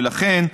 ולכן,